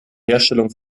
herstellung